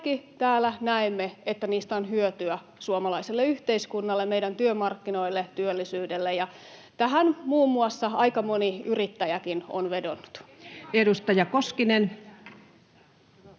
täällä näemme, että niistä on hyötyä suomalaiselle yhteiskunnalle, meidän työmarkkinoille, työllisyydelle, ja tähän muun muassa aika moni yrittäjäkin on vedonnut. [Speech